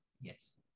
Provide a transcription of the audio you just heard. yes